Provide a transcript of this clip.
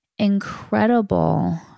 incredible